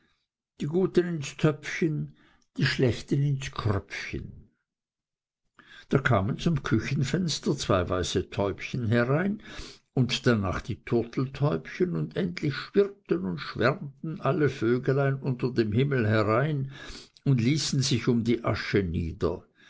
die guten ins töpfchen die schlechten ins kröpfchen da kamen zum küchenfenster zwei weiße täubchen herein und danach die turteltäubchen und endlich schwirrten und schwärmten alle vöglein unter dem himmel herein und ließen sich um die asche nieder